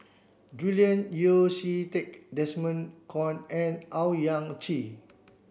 Julian Yeo See Teck Desmond Kon and Owyang Chi